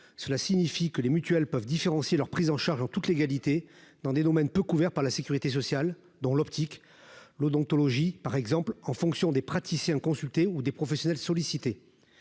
cela signifie que les mutuelles peuvent différencier leur prise en charge en toute légalité dans des domaines peu couvert par la Sécurité sociale dans l'optique l'odontologie, par exemple, en fonction des praticiens consultés ou des professionnels sollicités